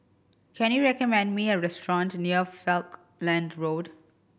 can you recommend me a restaurant near Falkland Road